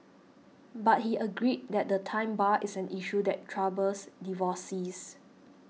but he agreed that the time bar is an issue that troubles divorcees